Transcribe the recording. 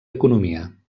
economia